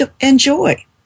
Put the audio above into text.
enjoy